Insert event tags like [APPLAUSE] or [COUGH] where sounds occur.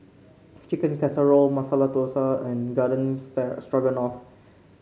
Chicken Casserole Masala Dosa and Garden [UNINTELLIGIBLE] Stroganoff